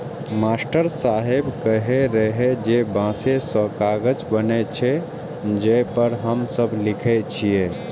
master साहेब कहै रहै जे बांसे सं कागज बनै छै, जे पर हम सब लिखै छियै